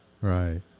Right